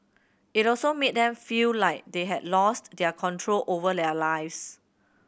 it also made them feel like they had lost their control over their lives